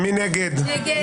נשאלתי,